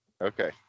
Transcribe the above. Okay